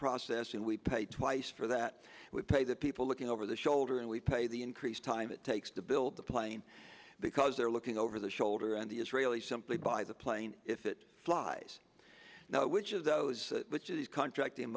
process and we pay twice for that we pay the people looking over the shoulder and we pay the increased time it takes to build the plane because they're looking over the shoulder and the israelis simply buy the plane if it flies now which of those contracting